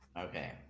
okay